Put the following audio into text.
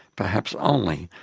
perhaps only,